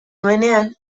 nuenean